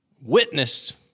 witnessed